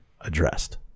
addressed